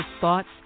thoughts